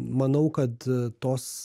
manau kad tos